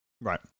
Right